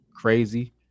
Crazy